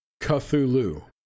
Cthulhu